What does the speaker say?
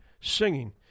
singing